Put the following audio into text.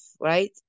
right